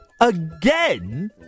again